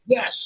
Yes